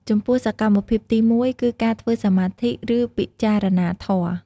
ចំពោះ សកម្មភាពទីមួយគឺការធ្វើសមាធិ ឬ ពិចារណាធម៌។